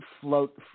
float –